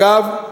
אגב,